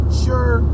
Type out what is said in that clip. sure